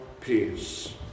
peace